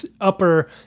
upper